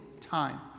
time